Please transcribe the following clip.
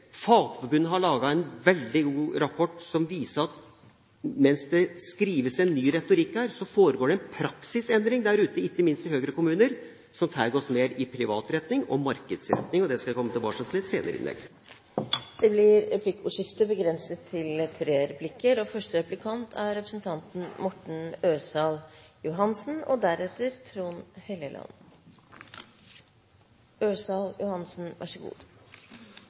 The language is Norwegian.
Fagforbundet har laget en veldig god rapport som viser at mens det her skrives en ny retorikk, foregår det en praksisendring der ute – ikke minst i Høyre-kommuner – som tar oss mer i privat retning og markedsretning. Det skal jeg komme tilbake til i et senere innlegg. Det blir replikkordskifte. SV og Hagen er opptatt av at kommunene skal kunne gi innbyggerne gode tjenester. Det er